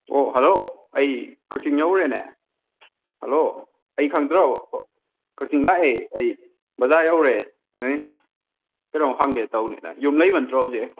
ꯑꯣ ꯍꯦꯜꯂꯣ ꯑꯩ ꯀꯥꯛꯆꯤꯡ ꯌꯧꯔꯦꯅꯦ ꯍꯦꯜꯂꯣ ꯑꯩ ꯈꯪꯗ꯭ꯔꯕꯣ ꯀꯥꯛꯆꯤꯡ ꯂꯥꯛꯑꯦ ꯑꯩ ꯕꯖꯥꯔ ꯌꯧꯔꯦ ꯅꯣꯏ ꯀꯩꯅꯣꯝ ꯍꯪꯒꯦ ꯇꯧꯕꯅꯤꯗ ꯌꯨꯝ ꯂꯩꯕ ꯅꯠꯇ꯭ꯔꯣ ꯍꯧꯖꯤꯛ